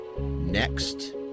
next